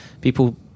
people